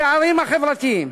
הפערים החברתיים,